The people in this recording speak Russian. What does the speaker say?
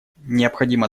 необходимо